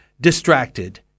distracted